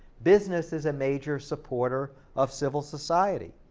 business is a major supporter of civil society,